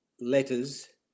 letters